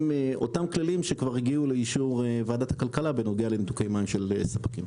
עם הכללים שכבר הגיעו לאישור ועדת הכלכלה בנוגע לניתוק מים של ספקים.